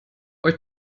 euch